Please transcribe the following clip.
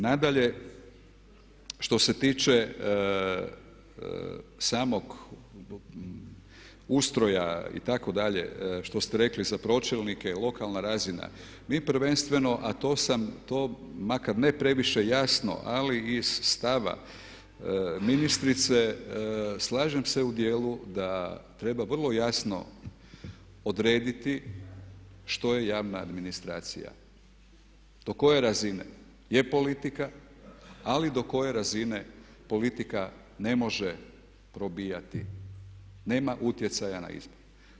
Nadalje, što se tiče samog ustroja itd., što ste rekli za pročelnike, lokalna razina, mi prvenstveno a to sam, to, makar ne previše jasno ali iz stava ministrice slažem se u djelu da treba vrlo jasno odrediti što je javna administracija, do koje razine je politika ali do koje razine politika ne može probijati, nema utjecaja na izbor.